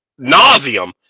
nauseum